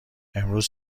امروز